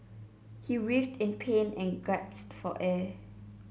he writhed in pain and gasped for air